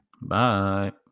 Bye